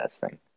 testing